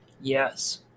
Yes